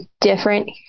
different